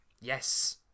Yes